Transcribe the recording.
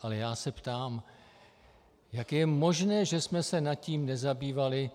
Ale ptám se, jak je možné, že jsme se tím nezabývali